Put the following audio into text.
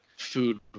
Food